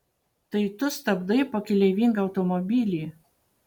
tai tu stabdai pakeleivingą automobilį